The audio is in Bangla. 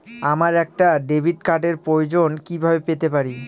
আমার একটা ডেবিট কার্ডের প্রয়োজন কিভাবে পেতে পারি?